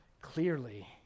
clearly